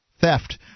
theft